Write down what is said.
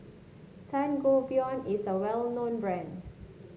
Sangobion is a well known brand